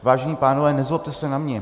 Vážení pánové, nezlobte se na mě.